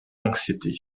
anxiété